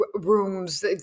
rooms